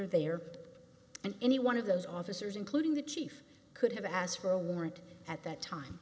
are there and any one of those officers including the chief could have asked for a warrant at that time